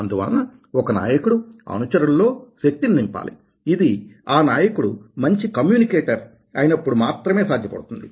అందువలన ఒక నాయకుడు అనుచరుల లో శక్తిని నింపాలి ఇది ఆ నాయకుడు మంచి కమ్యూనికేటర్ అయినప్పుడు మాత్రమే సాధ్యపడుతుంది